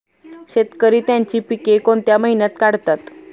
शेतकरी त्यांची पीके कोणत्या महिन्यात काढतात?